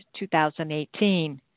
2018